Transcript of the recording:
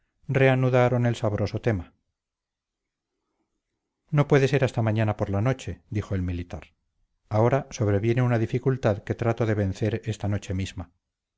reanudaron el sabroso tema no puede ser hasta mañana por la noche dijo el militar ahora sobreviene una dificultad que trato de vencer esta noche misma